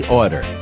order